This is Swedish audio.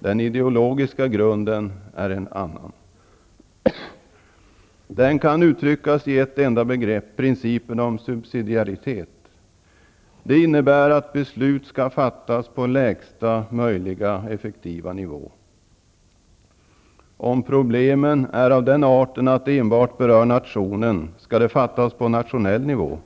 Den ideologiska grunden är en annan. Den kan uttryckas i ett enda begrepp: principen om subsidiaritet. Det innebär att beslut skall fattas på lägsta möjliga effektiva nivå. Om problemen är av den arten att de enbart berör nationen skall besluten fattas på nationell nivå.